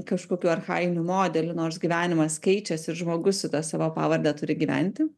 kažkokių archainių modelių nors gyvenimas keičiasi ir žmogus su ta savo pavarde turi gyventi